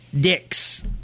dicks